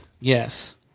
Yes